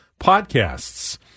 podcasts